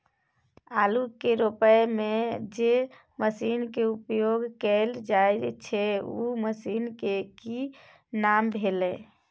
आलू के रोपय में जे मसीन के उपयोग कैल जाय छै उ मसीन के की नाम भेल?